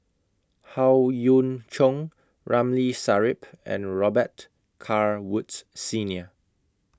Howe Yoon Chong Ramli Sarip and Robet Carr Woods Senior